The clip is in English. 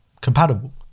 compatible